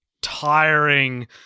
tiring